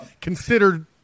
considered